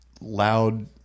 loud